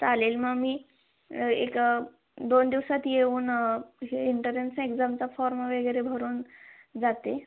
चालेल मग मी एक दोन दिवसात येऊन हे एन्टरन्स एक्झामचा फॉर्म वगैरे भरून जाते